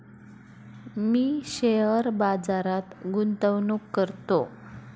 मी share बाजारात गुंतवणूक करतो